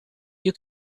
you